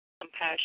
Compassion